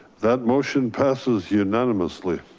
that motion passes unanimously.